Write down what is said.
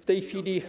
W tej chwili